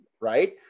Right